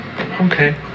okay